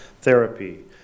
therapy